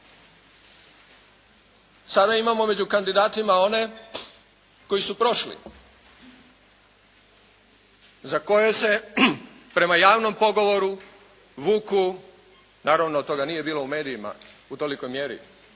Sada imamo među kandidatima one koji su prošli, za koje se prema javnom pogovoru vuku, naravno toga nije bilo u medijima u tolikoj mjeri